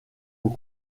aux